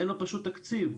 אין לו פשוט תקציב.